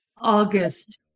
August